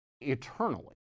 eternally